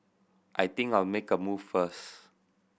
I think I'll make a move first